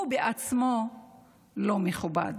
הוא בעצמו לא מכובד.